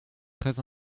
très